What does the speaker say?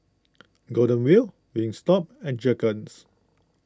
Golden Wheel Wingstop and Jergens